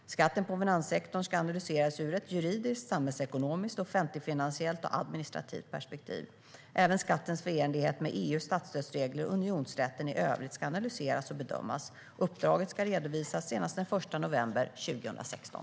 Skatten på finanssektorn ska analyseras ur ett juridiskt, samhällsekonomiskt, offentligfinansiellt och administrativt perspektiv. Även skattens förenlighet med EU:s statsstödsregler och unionsrätten i övrigt ska analyseras och bedömas. Uppdraget ska redovisas senast den 1 november 2016.